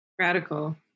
radical